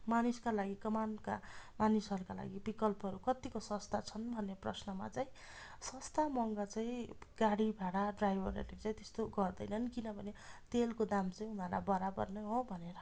मानिसका लागि कमानका मानिसहरूका लागि विकल्पहरू कतिको सस्तो छन् भन्ने प्रश्नमा चाहिँ सस्तो महँगो चाहिँ गाडी भाडा ड्राइभरहरूले चाहिँ त्यस्तो गर्दैनन् किनभने तेलको दाम चाहिँ उनीहरूलाई बराबर नै हो भनेर